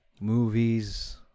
Movies